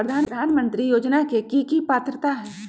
प्रधानमंत्री योजना के की की पात्रता है?